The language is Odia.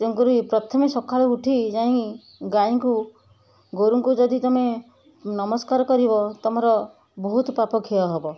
ତେଣୁକରି ପ୍ରଥମେ ସକାଳେ ଉଠି ଯାଇଁ ଗାଈଙ୍କୁ ଗୋରୁଙ୍କୁ ଯଦି ତମେ ନମସ୍କାର କରିବ ତମର ବହୁତ ପାପ କ୍ଷୟ ହେବ